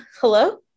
hello